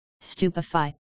stupefy